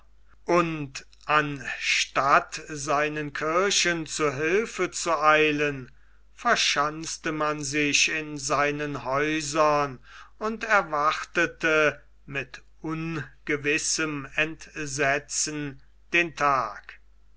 und anstatt seinen kirchen zu hilfe zu eilen verschanzte man sich in seinen häusern und erwartete mit ungewissem entsetzen den tag